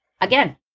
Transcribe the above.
Again